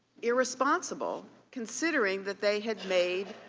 yeah responsible considering that they had made,